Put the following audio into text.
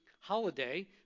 holiday